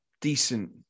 decent